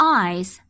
eyes